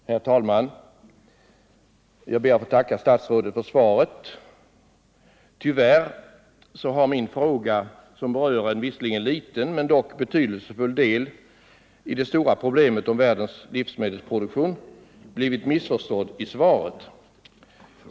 Herr talman! Jag ber att få tacka statsrådet för svaret. Tyvärr har min 159 fråga, som berör en visserligen liten men dock betydelsefull del i det stora problemet om världens livsmedelsproduktion, blivit missförstådd.